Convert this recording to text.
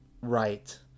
Right